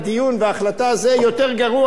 זה יותר גרוע מאשר להתיר את זה.